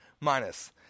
minus